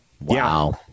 Wow